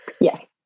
Yes